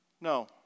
No